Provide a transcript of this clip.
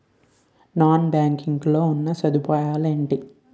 Non banking లో ఉన్నా సదుపాయాలు ఎంటి?